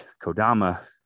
Kodama